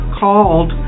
called